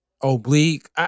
oblique